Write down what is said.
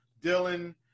Dylan